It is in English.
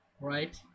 right